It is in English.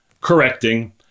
correcting